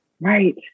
Right